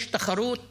יש תחרות